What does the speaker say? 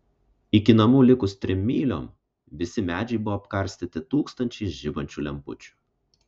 iki namų likus trim myliom visi medžiai buvo apkarstyti tūkstančiais žibančių lempučių